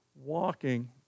walking